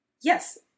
Yes